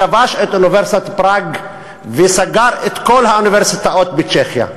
כבש את אוניברסיטת פראג וסגר את כל האוניברסיטאות בצ'כיה.